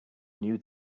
knew